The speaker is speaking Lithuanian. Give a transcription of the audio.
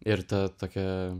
ir ta tokia